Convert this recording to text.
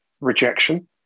rejection